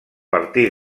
partir